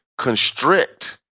Constrict